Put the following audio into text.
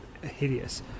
hideous